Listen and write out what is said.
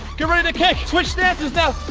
get ready to kick! switch stances now.